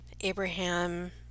Abraham